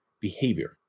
behavior